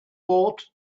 bought